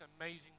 amazing